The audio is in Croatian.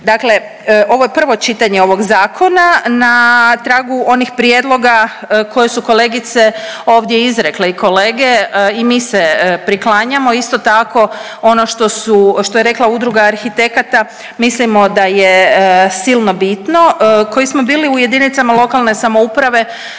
Dakle, ovo je prvo čitanje ovog zakona, na tragu onih prijedloga koje su kolegice ovdje izrekle i kolege i mi se priklanjamo. Isto tako ono što je rekla Udruga arhitekata mislimo da je silno bitno koji smo bili u jedinicama lokalne samouprave